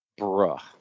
Bruh